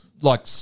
like-